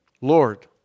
Lord